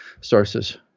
sources